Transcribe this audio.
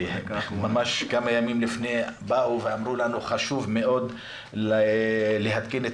ממש כמה ימים לפני באו ואמרו לנו שחשוב מאוד להתקין את